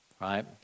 right